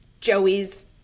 Joey's